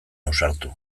ausartu